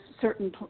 certain